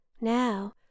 Now